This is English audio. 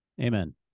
Amen